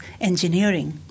engineering